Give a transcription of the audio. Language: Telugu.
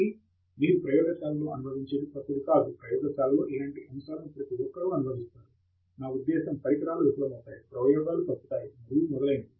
కాబట్టి మీరు ప్రయోగశాలలో అనుభవించేది క్రొత్తది కాదు ప్రయోగశాలలో ఇలాంటి అంశాలను ప్రతి ఒక్కరూ అనుభవిస్తారు నా ఉద్దేశ్యం పరికరాలు విఫలమవుతాయి ప్రయోగాలు తప్పుతాయి మరియు మొదలైనవి